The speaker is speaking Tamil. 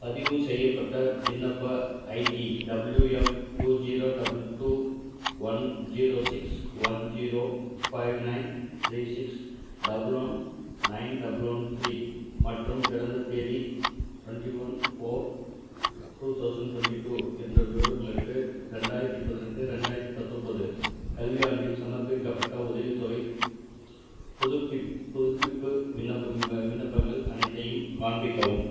பதிவுசெய்யப்பட்ட விண்ணப்ப ID W F two zero double two one zero six one zero five nine three six double one nine double one three மற்றும் பிறந்த தேதி twenty one four two thousand twenty two என்ற விவரங்களுக்கு ரெண்டாயிரத்தி பதினெட்டு ரெண்டாயிரத்தி பத்தொம்போது கல்வியாண்டில் சமர்ப்பிக்கப்பட்ட உதவித்தொகைப் புதுப்பிப்பு புதுப்பிப்பு விண்ணப்ப விண்ணப்பங்கள் அனைத்தையும் காண்பிக்கவும்